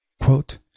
Quote